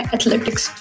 Athletics